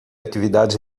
atividades